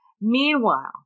meanwhile